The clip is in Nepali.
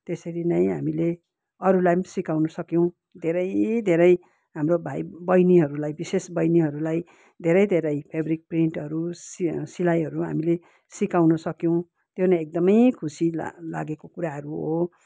त्यसरी नै हामीले अरूलाई पनि सिकाउनु सक्यौँ धेरै धेरै हाम्रो भाइ बहिनीहरूलाई विशेष बहिनीहरूलाई धेरै धेरै फेब्रिक प्रिन्टहरू सि सिलाइहरू हामीले सिकाउनु सक्यौँ त्यो नै एकदमै खुसी ला लागेको कुराहरू हो